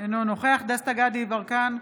אינו נוכח דסטה גדי יברקן,